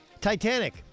Titanic